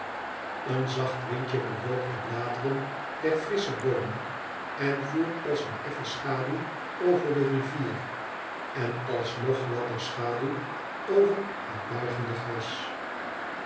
ea zacht windje bewoog de bladeren der frissche boomen en voer als een efifen schaduw over de rivier en als nog gladder schaduw over het buigende gras